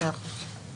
מאה אחוז.